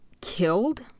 killed